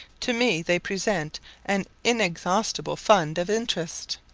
to me they present an inexhaustible fund of interest.